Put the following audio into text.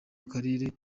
akarere